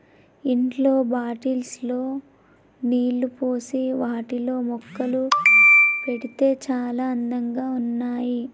ఇంట్లో బాటిల్స్ లో నీళ్లు పోసి వాటిలో మొక్కలు పెడితే చాల అందంగా ఉన్నాయి